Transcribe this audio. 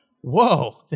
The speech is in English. Whoa